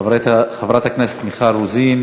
חברת הכנסת מיכל רוזין